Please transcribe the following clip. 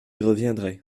reviendrai